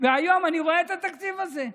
והיום אני רואה את התקציב הזה.